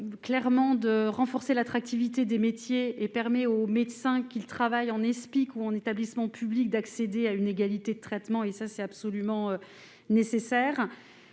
il tend à renforcer l'attractivité des métiers, en permettant aux médecins qui travaillent en Espic ou en établissement public d'accéder à une égalité de traitement absolument nécessaire.